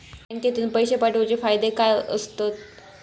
बँकेतून पैशे पाठवूचे फायदे काय असतत?